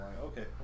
okay